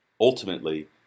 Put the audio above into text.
Ultimately